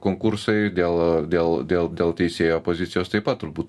konkursai dėl dėl dėl dėl teisėjo pozicijos taip pat turbūt